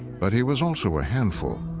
but he was also a handful.